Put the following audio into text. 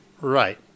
Right